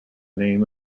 name